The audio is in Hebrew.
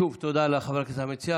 שוב, תודה לחבר הכנסת המציע.